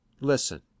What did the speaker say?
Listen